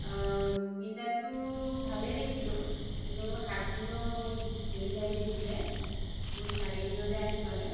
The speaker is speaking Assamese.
প্ৰিন্টাৰটো ভালে দেখিলোঁ কিন্তু সাতদিনৰ মোক ডেলিভাৰী দিছিলে মোৰ চাৰিদিনতে আহি পালে